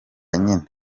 nyine